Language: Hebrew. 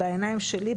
בעיניים שלי,